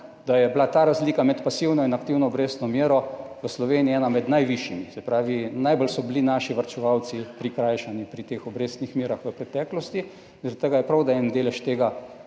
da je bila ta razlika med pasivno in aktivno obrestno mero v Sloveniji ena med najvišjimi, se pravi, naši varčevalci so bili najbolj prikrajšani pri teh obrestnih merah v preteklosti, zaradi tega je prav, da en delež tega